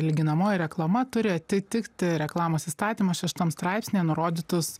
lyginamoji reklama turi atitikti reklamos įstatymo šeštam straipsnyje nurodytus